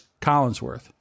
Collinsworth